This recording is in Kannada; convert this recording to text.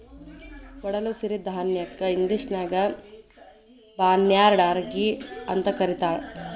ಒಡಲು ಸಿರಿಧಾನ್ಯಕ್ಕ ಇಂಗ್ಲೇಷನ್ಯಾಗ ಬಾರ್ನ್ಯಾರ್ಡ್ ರಾಗಿ ಅಂತ ಕರೇತಾರ